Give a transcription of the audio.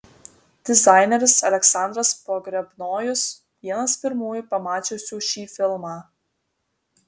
dizaineris aleksandras pogrebnojus vienas pirmųjų pamačiusių šį filmą